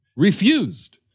refused